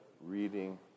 reading